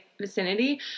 vicinity